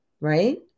right